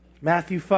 Matthew